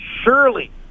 surely